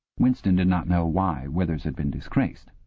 winston did not know why withers had been disgraced.